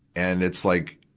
and it's like,